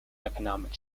economic